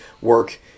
work